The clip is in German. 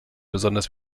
besonders